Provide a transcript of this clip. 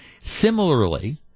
Similarly